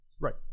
Right